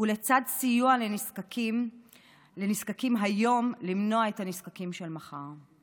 ולצד סיוע לנזקקים היום למנוע את הנזקקים של מחר.